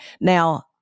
Now